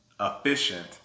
efficient